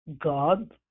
God